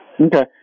Okay